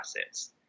assets